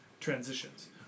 transitions